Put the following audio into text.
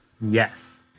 yes